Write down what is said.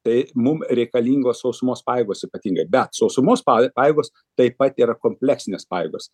tai mum reikalingos sausumos pajėgos ypatingai bet sausumos pa pajėgos taip pat yra kompleksinės pajėgos